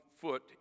foot